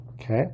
Okay